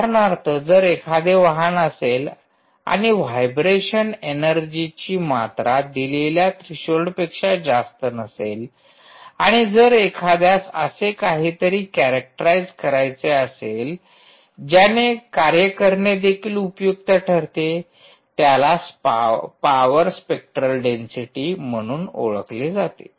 उदाहरणार्थ जर एखादे वाहन असेल आणि व्हायब्रेशन ऐनर्जीची मात्रा दिलेल्या थ्रीशोल्डपेक्षा जास्त नसेल आणि जर एखाद्यास असे काहीतरी कॅरॅक्टराईज करायचे असेल ज्याने कार्य करणे देखील उपयुक्त ठरते त्याला पॉवर स्पेक्ट्रल डेन्सिटी म्हणून ओळखले जाते